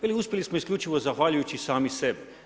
Veli uspjeli smo isključivo zahvaljujući sami sebi.